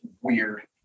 weird